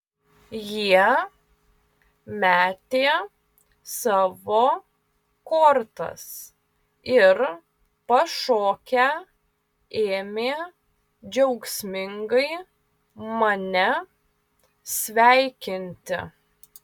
jie metė savo kortas ir pašokę ėmė džiaugsmingai mane sveikinti